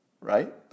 right